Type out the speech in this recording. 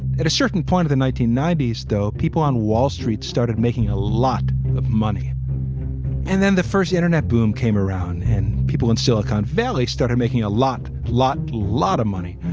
at a certain point of the nineteen ninety s, though, people on wall street started making a lot of money and then the first internet boom came around and people in silicon valley started making a lot, lot, lot of money.